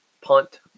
punt